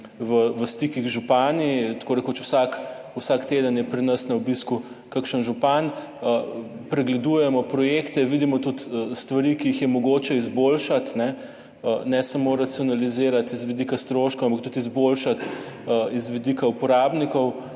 v stikih z župani, tako rekoč vsak teden je pri nas na obisku kakšen župan. Pregledujemo projekte, vidimo tudi stvari, ki jih je mogoče izboljšati, ne samo racionalizirati z vidika stroškov, ampak tudi izboljšati z vidika uporabnikov.